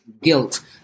guilt